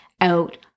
out